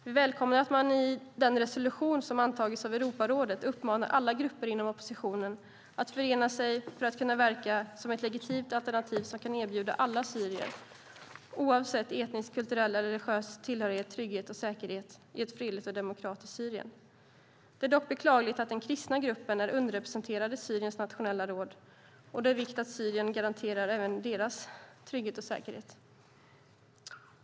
Vi välkomnar att man i den resolution som antagits av Europarådet uppmanar alla grupper inom oppositionen att förena sig för att kunna verka som ett legitimt alternativ som kan erbjuda alla syrier, oavsett etnisk, kulturell eller religiös tillhörighet, trygghet och säkerhet i ett fredligt och demokratiskt Syrien. Det är dock beklagligt att den kristna gruppen är underrepresenterad i Syriens nationella råd, och det är av vikt att Syrien garanterar även deras trygghet och säkerhet.